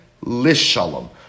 lishalom